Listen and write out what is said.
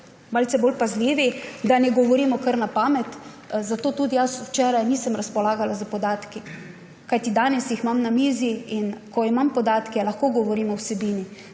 malce bolj pazljivi, da ne govorimo kar na pamet. Zato tudi jaz včeraj nisem razpolagala s podatki, kajti danes jih imam na mizi. Ko imam podatke, lahko govorim o vsebini,